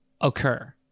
occur